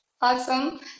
Awesome